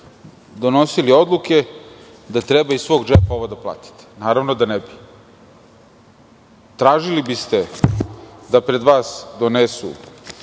donosili odluke da treba iz svog džepa ovo da platite? Naravno da ne bi. Tražili biste da pred vas donesu